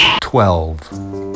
Twelve